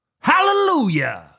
Hallelujah